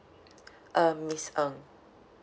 um miss ng